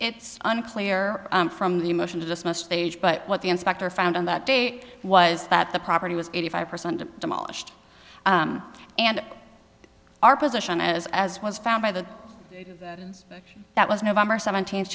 it's unclear from the motion to dismiss stage but what the inspector found on that day was that the property was eighty five percent demolished and our position as as was found by the that was november seventeenth